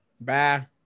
Bye